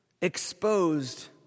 exposed